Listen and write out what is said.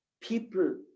people